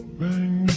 bang